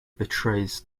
betrays